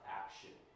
action